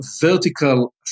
vertical